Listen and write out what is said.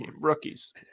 rookies